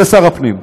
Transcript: זה שר הפנים.